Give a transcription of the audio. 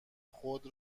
خود